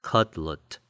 Cutlet